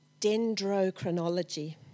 Dendrochronology